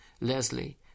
Leslie